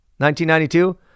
1992